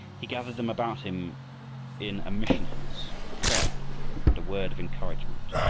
he gathered them about him in a mission house for prayer and a word of encouragement.